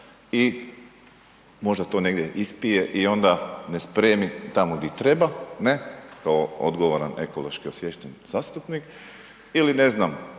i možda to negdje ispije i onda ne spremi tamo di treba ne kao odgovoran ekološki osviješten zastupnik ili, ne znam,